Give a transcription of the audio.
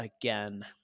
again